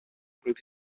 group